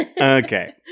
Okay